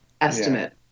estimate